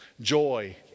joy